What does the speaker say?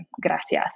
gracias